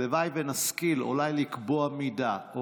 הלוואי ונשכיל אולי לקבוע מידה,